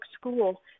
school